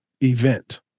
event